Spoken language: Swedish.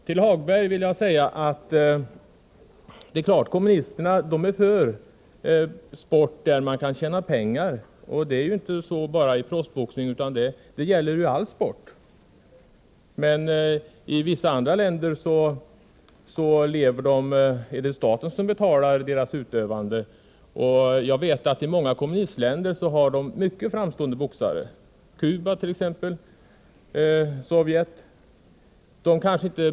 Det är klart, Lars-Ove Hagberg, att kommunisterna är emot sport där man kan tjäna pengar, men det gäller inte bara professionell boxning utan all sport. I vissa andra länder är det staten som betalar idrottsutövandet. Jag vet att i många kommunistländer finns det mycket framstående boxare, t.ex. i Cuba och Sovjet.